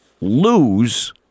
lose